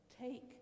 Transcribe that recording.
Take